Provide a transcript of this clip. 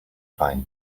fine